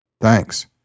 Thanks